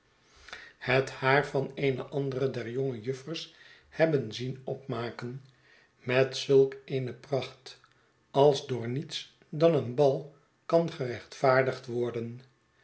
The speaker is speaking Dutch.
het haar van eene andere der jonge juffers hebben zien opmaken met zulk eene pracht als door niets dan een bal kan gerechtvaardigd worden